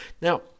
Now